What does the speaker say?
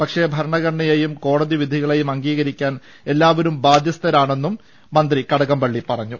പക്ഷേ ഭരണഘടന യെയും കോടതി വിധികളെയും അംഗീകരിക്കാൻ എല്ലാവരും ബാധ്യസ്ഥരാണെന്നും മന്ത്രി പറഞ്ഞു